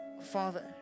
Father